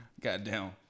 goddamn